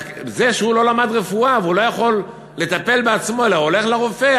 רק שהוא לא למד רפואה והוא לא יכול לטפל בעצמו אלא הוא הולך לרופא,